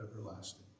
everlasting